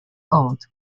old